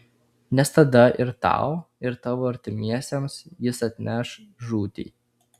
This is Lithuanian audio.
nes tada ir tau ir tavo artimiesiems jis atneš žūtį